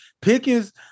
Pickens